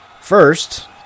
First